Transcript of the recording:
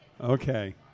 Okay